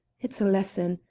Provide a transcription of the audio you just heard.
it's a lesson.